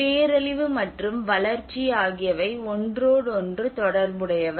பேரழிவு மற்றும் வளர்ச்சி ஆகியவை ஒன்றோடொன்று தொடர்புடையவை